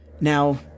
Now